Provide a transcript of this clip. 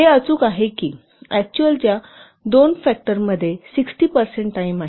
हे अचूक आहे की अक्चुलच्या 2 फॅक्टर मध्ये 60 पर्सेंट टाईम आहे